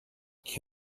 you